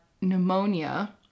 pneumonia